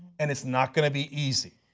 and is not going to be easy,